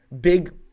big